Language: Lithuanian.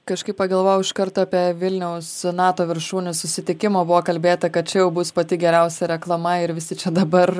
kažkaip pagalvojau iš karto apie vilniaus nato viršūnių susitikimą buvo kalbėta kad čia jau bus pati geriausia reklama ir visi čia dabar